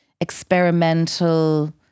experimental